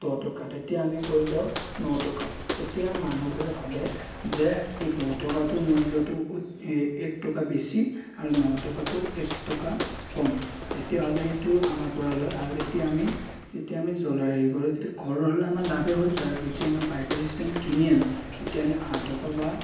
দহ টকা তেতিয়া আমি কৈ দিওঁ ন টকা তেতিয়া মানুহবোৰে ভাৱে যে এই দহ টকাটোৰ মূল্যটো এক টকা বেছি আৰু ন টকাটো এক টকা কম তেতিয়াহ'লে সেইটো আমাৰ পৰা লয় আৰু তেতিয়া আমি তেতিয়া আমি জ্বলাৰ হেৰি কৰোঁ যদি ঘৰৰ হ'লে আমাৰ লাভহে হ'ল যাৰ যেতিয়া আমাৰ পাইকাৰী চিষ্টেমত কিনি আনো তেতিয়া আমি আঠ টকা বা